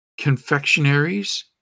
confectionaries